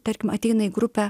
tarkim ateina į grupę